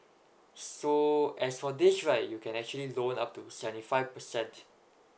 so as for this right you can actually loan up to seventy five percent